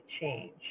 change